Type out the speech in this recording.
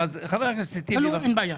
לא, אין בעיה.